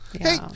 Hey